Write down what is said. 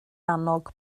annog